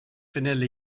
vanilla